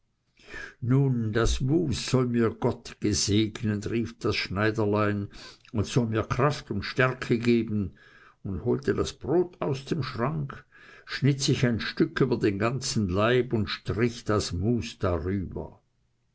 nun das mus soll mir gott gesegnen rief das schneiderlein und soll mir kraft und stärke geben holte das brot aus dem schrank schnitt sich ein stück über den ganzen laib und strich das mus darüber